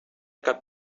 cap